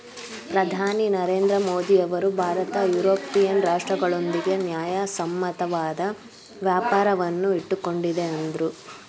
ಪ್ರಧಾನಿ ನರೇಂದ್ರ ಮೋದಿಯವರು ಭಾರತ ಯುರೋಪಿಯನ್ ರಾಷ್ಟ್ರಗಳೊಂದಿಗೆ ನ್ಯಾಯಸಮ್ಮತವಾದ ವ್ಯಾಪಾರವನ್ನು ಇಟ್ಟುಕೊಂಡಿದೆ ಅಂದ್ರು